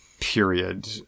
Period